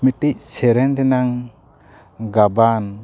ᱢᱤᱫᱴᱤᱡ ᱥᱮᱨᱮᱧ ᱨᱮᱱᱟᱜ ᱜᱟᱵᱟᱱ